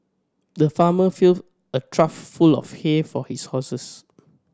the farmer filled a trough full of hay for his horses